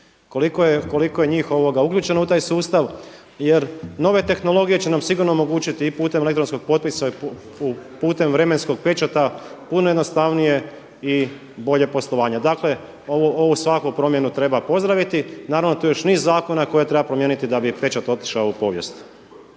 koliko je njih uključeno u taj sustav jer nove tehnologije će nam sigurno omogućiti i putem elektronskog potpisa i putem vremenskog pečata puno jednostavnije i bolje poslovanje. Dakle ovu svakako promjenu treba pozdraviti. Naravno tu je još niz zakona koje treba promijeniti da bi pečat otišao u povijest.